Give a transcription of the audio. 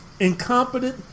Incompetent